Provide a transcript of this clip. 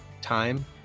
time